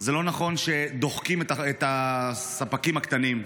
זה לא נכון שדוחקים את הספקים הקטנים.